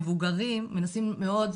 מבוגרים מנסים מאוד,